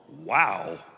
Wow